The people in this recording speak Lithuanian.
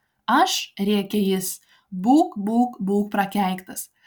aš rėkė jis būk būk būk prakeiktas